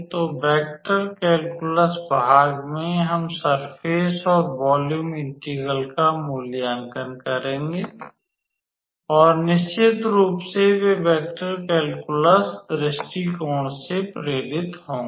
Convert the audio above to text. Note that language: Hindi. तो वेक्टर कैलकुलस भाग में भी हम सरफेस और वॉल्यूम इंटेग्रल का मूल्यांकन करेंगे और निश्चित रूप से वे वेक्टर कैलकुलस दृष्टिकोण से प्रेरित होंगे